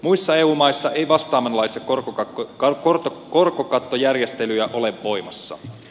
muissa eu maissa ei vastaavanlaisia korkokattojärjestelyjä ole voimassa